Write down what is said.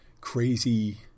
crazy